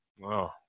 Wow